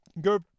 go